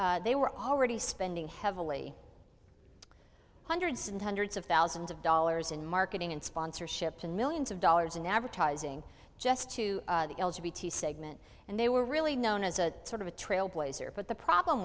where they were already spending heavily hundreds and hundreds of thousands of dollars in marketing and sponsorship and millions of dollars in advertising just to the segment and they were really known as a sort of a trailblazer but the problem